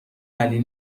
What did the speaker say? علی